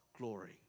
glory